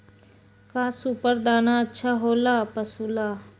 का सुपर दाना अच्छा हो ला पशु ला?